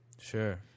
Sure